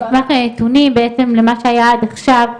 אני אשמח לעדכונים בעצם למה שהיה עד עכשיו.